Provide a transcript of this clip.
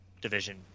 division